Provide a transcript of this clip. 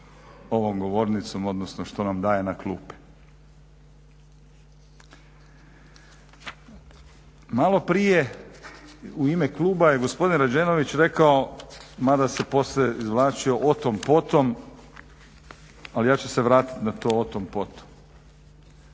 ovom govornicom, odnosno što nam daje na klupe. Malo prije u ime kluba je gospodin Rađenović rekao mada se poslije izvlačio otom potom, ali ja ću se vratiti na to otom potom.